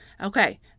Okay